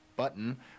button